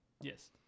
Yes